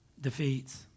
defeats